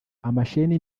amasheni